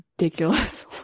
ridiculous